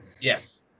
Yes